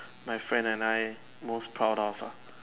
my friend and I most proud of ah